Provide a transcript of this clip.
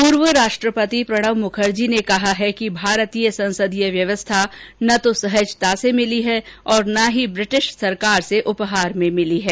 पूर्व राष्ट्रपति प्रणब मुखर्जी ने कहा है कि भारतीय संसदीय व्यवस्था न तो सहजता से मिली है और ना ही ब्रिटिश सरकार से उपहार में मिली है